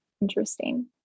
interesting